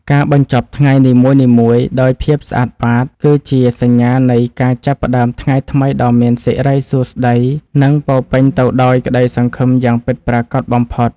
ការបញ្ចប់ថ្ងៃនីមួយៗដោយភាពស្អាតបាត គឺជាសញ្ញានៃការចាប់ផ្តើមថ្ងៃថ្មីដ៏មានសិរីសួស្តី និងពោពេញទៅដោយក្តីសង្ឃឹមយ៉ាងពិតប្រាកដបំផុត។